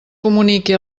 comuniqui